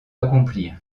accomplir